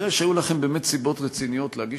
כנראה היו לכם באמת סיבות רציניות להגיש